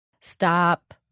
stop